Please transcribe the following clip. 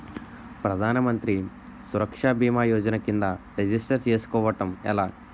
ప్రధాన మంత్రి సురక్ష భీమా యోజన కిందా రిజిస్టర్ చేసుకోవటం ఎలా?